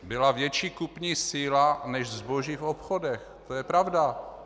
Byla větší kupní síla než zboží v obchodech, to je pravda.